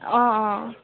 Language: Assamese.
অঁ অঁ